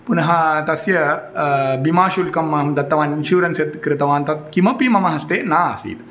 पुनः तस्य बिमाशुल्कम् अहं दत्तवान् इन्शुरेन्स् यत् कृतवान् तत् किमपि मम हस्ते न आसीत्